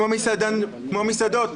כמו מסעדות.